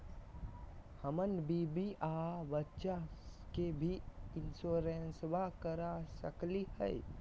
अपन बीबी आ बच्चा के भी इंसोरेंसबा करा सकली हय?